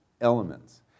elements